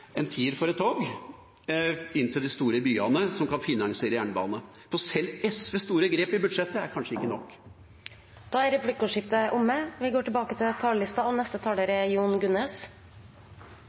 tog, inn til de store byene, som kan finansiere jernbane. For sjøl SVs store grep i budsjettet er kanskje ikke nok. Replikkordskiftet er omme. Ved siden av pandemien som fortsatt herjer, er det klima som er